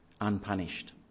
unpunished